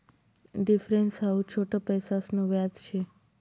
difference हाऊ छोट पैसासन व्याज शे